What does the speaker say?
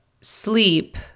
sleep